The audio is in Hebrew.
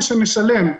שנשלם